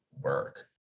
work